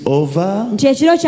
over